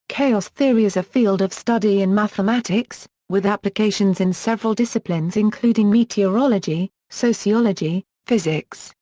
chaos theory is a field of study in mathematics, with applications in several disciplines including meteorology, sociology, physics,